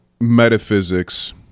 metaphysics